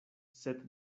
sed